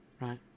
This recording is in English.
right